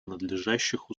надлежащих